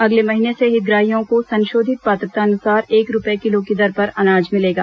अगले महीने से हितग्राहियों को संशोधित पात्रतानुसार एक रूपये किलो की दर पर अनाज मिलेगा